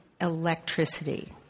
electricity